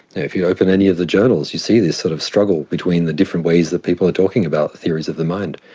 if you open any of the journals you see this sort of struggle between the different ways that people are talking about theories of the mind.